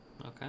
Okay